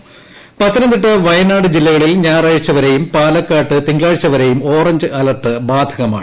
്പത്തനംതിട്ട വയനാട് ജില്ലകളിൽ ഞായറാഴ്ച വരെയും പാലക്കാട്ട് തിങ്കളാഴ്ച വരെയും ഓറഞ്ച് അലർട്ട് ബാധകമാണ്